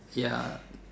ya